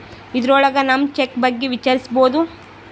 ಇದ್ರೊಳಗ ನಮ್ ಚೆಕ್ ಬಗ್ಗೆ ವಿಚಾರಿಸ್ಬೋದು